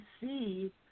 see